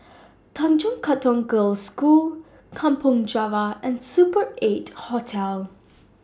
Tanjong Katong Girls' School Kampong Java and Super eight Hotel